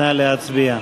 נא להצביע.